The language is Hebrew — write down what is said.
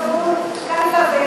זבולון קלפה,